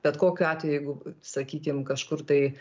bet kokiu atveju jeigu sakykim kažkur tai